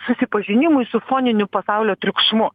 susipažinimui su foniniu pasaulio triukšmu